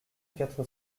quatre